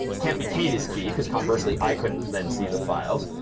it can't be katy's key because, conversely, i couldn't then see the files.